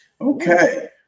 Okay